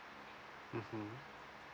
mmhmm